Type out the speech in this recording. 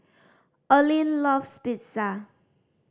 Olin loves Pizza